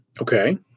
Okay